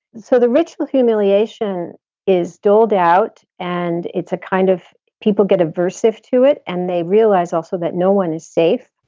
so the ritual humiliation is doled out and it's a kind of people get aversive to it and they realize also that no one is safe.